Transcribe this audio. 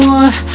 one